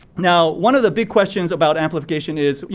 now, one of the big questions about amplification is,